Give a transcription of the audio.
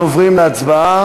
אנחנו עוברים להצבעה.